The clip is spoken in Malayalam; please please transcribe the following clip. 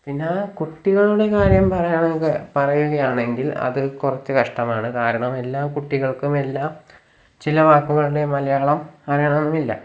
പിന്നെ കുട്ടികളുടെ കാര്യം പറയാണെങ്കിൽ പറയുകയാണെങ്കിൽ അത് കുറച്ച് കഷ്ടമാണ് കാരണം എല്ലാ കുട്ടികൾക്കും എല്ലാം ചില വാക്കുകളുടെ മലയാളം അറിയണമെന്നില്ല